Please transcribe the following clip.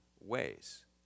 ways